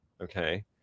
Okay